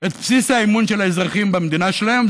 את בסיס האמון של האזרחים במדינה שלהם.